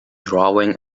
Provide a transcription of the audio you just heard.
drawing